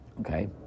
okay